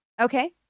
Okay